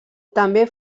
també